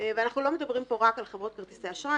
אנחנו לא מדברים פה רק על חברות כרטיסי אשראי,